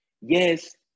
Yes